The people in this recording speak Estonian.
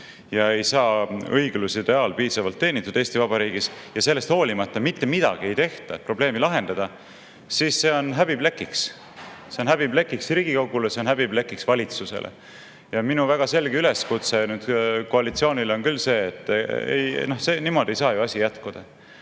ja ei saa õigluse ideaal piisavalt teenitud Eesti Vabariigis, ja sellest hoolimata mitte midagi ei tehta, et probleemi lahendada, siis see on häbiplekiks – see on häbiplekiks Riigikogule, see on häbiplekiks valitsusele. Minu väga selge üleskutse koalitsioonile on küll see, et niimoodi ei saa ju asi jätkuda.